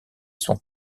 sont